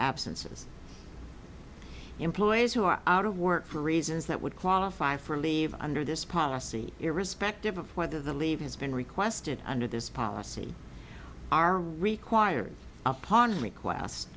absences employees who are out of work for reasons that would qualify for leave under this policy irrespective of whether the leave has been requested under this policy are required upon request